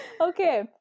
Okay